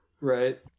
right